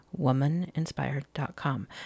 womaninspired.com